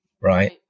Right